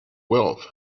wealth